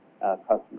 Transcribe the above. customers